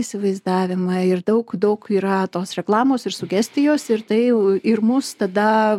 įsivaizdavimą ir daug daug yra tos reklamos ir sugestijos ir tai ir mus tada